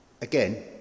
Again